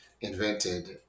invented